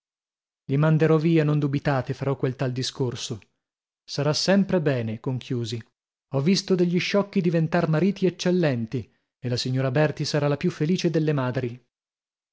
li manderò via non dubitate farò quel tal discorso sarà sempre bene conchiusi ho visto degli sciocchi diventar mariti eccellenti e la signora berti sarà la più felice delle madri